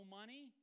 money